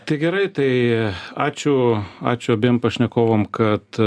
tai gerai tai ačiū ačiū abiem pašnekovam kad